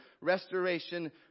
restoration